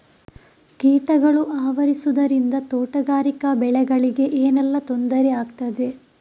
ಕೀಟಗಳು ಆವರಿಸುದರಿಂದ ತೋಟಗಾರಿಕಾ ಬೆಳೆಗಳಿಗೆ ಏನೆಲ್ಲಾ ತೊಂದರೆ ಆಗ್ತದೆ?